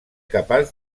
capaç